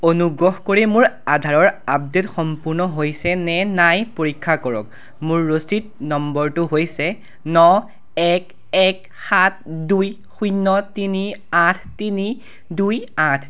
অনুগ্ৰহ কৰি মোৰ আধাৰৰ আপডে'ট সম্পূৰ্ণ হৈছেনে নাই পৰীক্ষা কৰক মোৰ ৰচিদ নম্বৰটো হৈছে ন এক এক সাত দুই শূন্য তিনি আঠ তিনি দুই আঠ